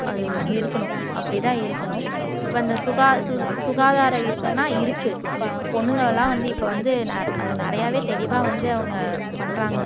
அது இருக்கணும் அப்படி தான் இருக்கணும் இப்போ அந்த சுகா சுகாதாரம் இருக்கணும்னா இருக்குது இப்போ பொண்ணுங்கள்லாம் வந்து இப்போ வந்து நெ அது நிறையாவே தெளிவாக வந்து அவங்க பண்ணுறாங்க